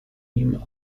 nim